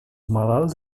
malalts